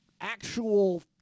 actual